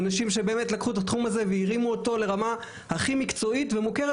הם אנשים שבאמת לקחו את התחום הזה והרימו אותו לרמה הכי מקצועית ומוכרת,